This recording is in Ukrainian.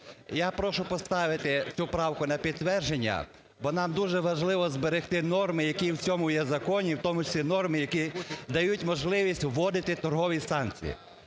я прошу поставити цю правку на підтвердження, бо нам дуже важливо зберегти норми, які в цьому є законі, в тому числі норми, які дають можливість вводити торгові санкції.